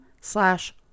slash